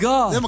God